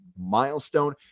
milestone